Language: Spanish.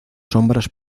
sombras